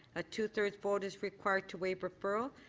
a two-thirds vote is required to waive referral.